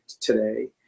today